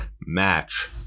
match